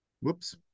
Whoops